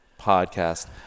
podcast